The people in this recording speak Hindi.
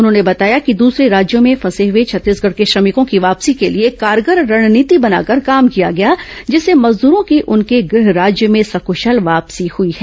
उन्होंने बताया कि दूसरे राज्यों में फंसे हुए छत्तीसगढ़ के श्रमिकों की वापसी के लिए कारगर रणनीति बनाकर काम किया गया जिससे मजदूरों की उनके गृह राज्य में सकूशल वापसी हुई है